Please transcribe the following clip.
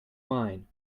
mine